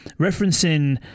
referencing